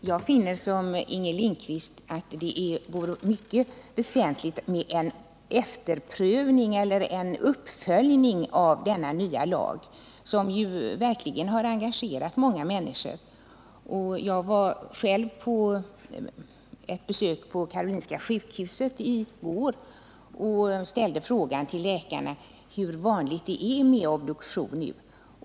Herr talman! Jag finner liksom Inger Lindquist att det vore mycket väsentligt med en uppföljning av denna nya lag, som verkligen har engagerat många människor. Jag var själv på ett besök på Karolinska sjukhuset i går och ställde frågan till läkarna hur vanligt det är med obduktion nu.